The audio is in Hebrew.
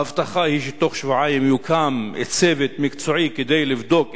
ההבטחה היא שתוך שבועיים יוקם צוות מקצועי כדי לבדוק